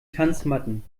tanzmatten